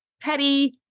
petty